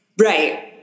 right